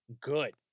good